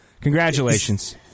congratulations